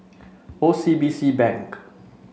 O C B C Bank